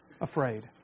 afraid